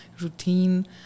routine